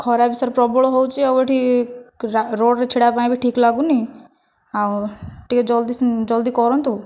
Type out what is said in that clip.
ଖରା ବି ସାର୍ ପ୍ରବଳ ହେଉଛି ଆଉ ଏଠି ରୋଡ଼ରେ ଛିଡ଼ା ହେବା ପାଇଁ ବି ଠିକ ଲାଗୁନି ଆଉ ଟିକିଏ ଜଲ୍ଦି ଜଲ୍ଦି କରନ୍ତୁ